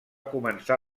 començar